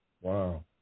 Wow